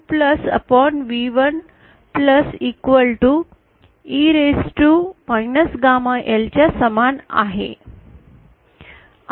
तर हे V2 V1 e raise to च्या समान आहे